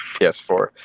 PS4